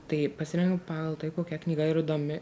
tai pasirenku pagal tai kokia knyga yra įdomi